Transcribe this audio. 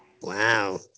Wow